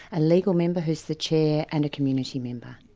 a legal member who's the chair, and a community member.